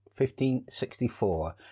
1564